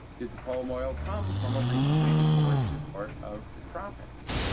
did the palm oil come from a recently deforested part of the tropics?